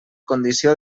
condició